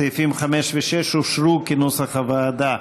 סעיפים 5 ו-6 אושרו כנוסח הוועדה.